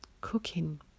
cooking